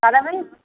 கதவு